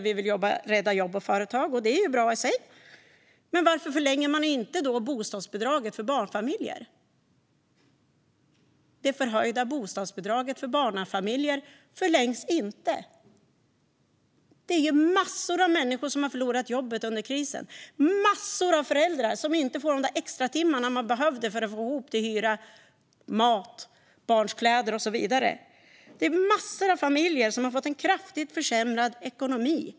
Vi vill rädda jobb och företag, och det är bra i sig. Men varför förlänger man då inte det förhöjda bostadsbidraget för barnfamiljer? Det är massor av människor som har förlorat jobbet under krisen. Massor av föräldrar får inte de där extratimmarna de behöver för att få ihop till hyra, mat, barnkläder och så vidare. Det är massor av familjer som har fått en kraftigt försämrad ekonomi.